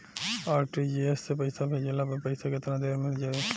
RTGS से पईसा भेजला पर पईसा केतना देर म जाई?